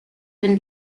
been